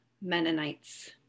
Mennonites